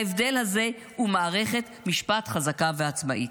ההבדל הזה הוא מערכת משפט חזקה ועצמאית".